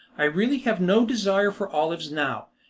i really have no desire for olives now.